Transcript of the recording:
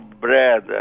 bread